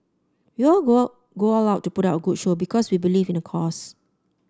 we all go out go out out to put up a good show because we believe in the cause